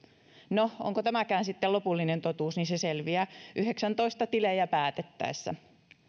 no onko tämäkään sitten lopullinen totuus se selviää yhdeksäntoista tilejä päätettäessä